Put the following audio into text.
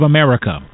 America